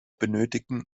benötigen